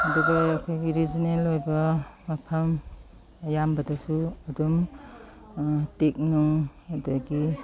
ꯑꯗꯨꯒ ꯑꯩꯈꯣꯏꯒꯤ ꯔꯤꯖꯅꯦꯜ ꯑꯣꯏꯕ ꯃꯐꯝ ꯑꯌꯥꯝꯕꯗꯁꯨ ꯑꯗꯨꯝ ꯇꯤꯛ ꯅꯨꯡ ꯑꯗꯒꯤ